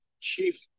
chief